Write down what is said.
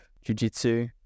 Jiu-jitsu